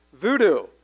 Voodoo